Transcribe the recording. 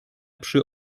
przy